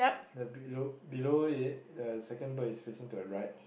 the below below ya the second bird is facing to the right